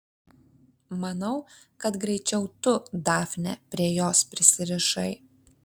manau kad greičiau tu dafne prie jos prisirišai